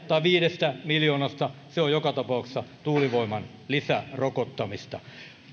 tai viidestä miljoonasta niin se on joka tapauksessa tuulivoiman lisärokottamista